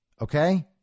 okay